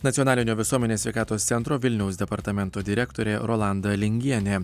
nacionalinio visuomenės sveikatos centro vilniaus departamento direktorė rolanda lingienė